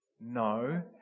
No